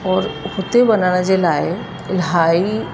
और हुते वञण जे लाइ इलाही